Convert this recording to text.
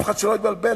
אף אחד שלא יתבלבל,